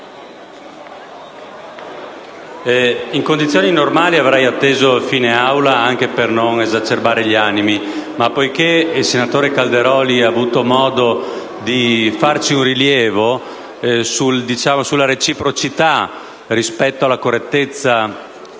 in condizioni normali avrei atteso la fine della seduta, anche per non esacerbare gli animi, ma poiché il senatore Calderoli ha avuto modo di muoverci un rilievo sulla reciprocità della correttezza